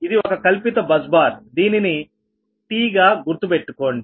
ఇది ఒక కల్పిత బస్ బార్ దీనిని tగా గుర్తు పెట్టండి